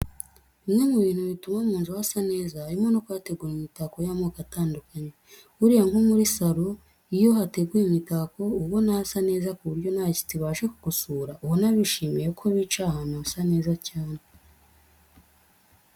Bimwe mu bintu bituma mu nzu hasa neza harimo no kuhategura imitako y'amoko atandukanye. Buriya nko muri saro iyo hateguyemo imitako uba ubona hasa neza ku buryo n'abashyitsi iyo baje kugusura ubona bishimiye ko bicaye ahantu hasa neza cyane.